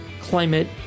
climate